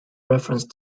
reference